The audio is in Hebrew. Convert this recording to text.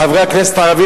חברי הכנסת הערבים,